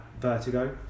vertigo